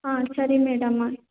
ಆಂ ಸರಿ ಮೇಡಮ